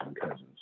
cousins